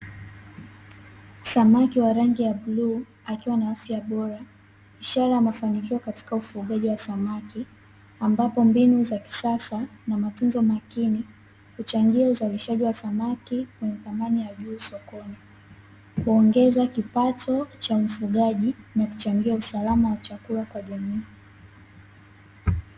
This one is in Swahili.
Samaki wa rangi ya bluu akiwa na afya bora, ishara ya mafanikio katika ufugaji wa samaki, ambapo mbinu za kisasa na matunzo makini huchangia uzalishaji wa samaki wenye thamani ya juu sokoni. Huongeza kipato cha mfugaji na kuchangia usalama wa chakula kwa jamii.